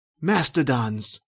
Mastodons